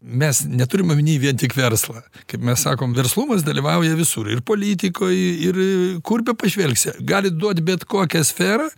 mes neturim omeny vien tik verslą kaip mes sakom verslumas dalyvauja visur ir politikoj ir kur bepažvelgsi galit duot bet kokią sferą